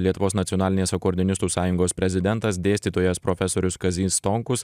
lietuvos nacionalinės akordeonistų sąjungos prezidentas dėstytojas profesorius kazys stonkus